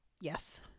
Yes